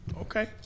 Okay